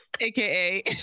aka